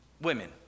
women